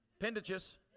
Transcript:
Appendages